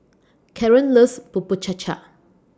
Karon loves Bubur Cha Cha